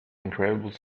incredible